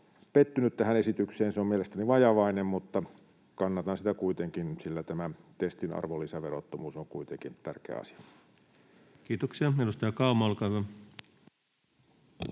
pettynyt tähän esitykseen. Se on mielestäni vajavainen, mutta kannatan sitä kuitenkin, sillä tämä testin arvonlisäverottomuus on tärkeä asia. [Speech 108] Speaker: